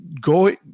Go